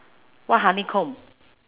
what honeycomb